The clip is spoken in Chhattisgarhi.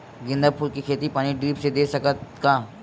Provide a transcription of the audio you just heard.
गेंदा फूल के खेती पानी ड्रिप से दे सकथ का?